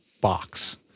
box